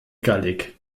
gallig